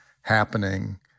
happening